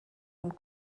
und